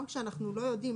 גם כשאנחנו לא יודעים,